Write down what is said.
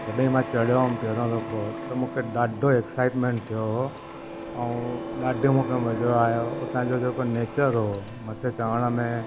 जॾहिं मां चढ़ियो हुयुमि पहिरियों दफ़ो त मूंखे ॾाढो एक्साइटमेंट थियो हो ऐं ॾाढो मूंखे मजो आयो हुतां जो जेको नेचर हो मथे चढ़ण में